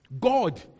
God